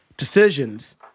decisions